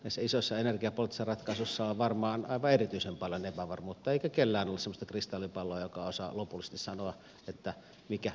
näissä isoissa energiapoliittisissa ratkaisuissa on varmaan aivan erityisen paljon epävarmuutta eikä kellään ole semmoista kristallipalloa joka osaa lopullisesti sanoa mikä mihinkin vaikuttaa